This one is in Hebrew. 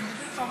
שבועות.